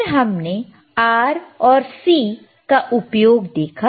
फिर हमने R और C का उपयोग देखा